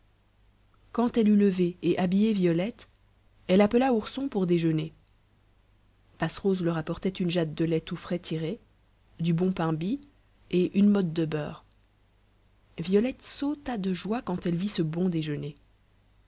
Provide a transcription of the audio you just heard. quand elle eut levé et habillé violette elle appela ourson pour déjeuner passerose leur apportait une jatte de lait tout frais tiré du bon pain bis et une motte de beurre violette sauta de joie quand elle vit ce bon déjeuner